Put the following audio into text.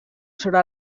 sobre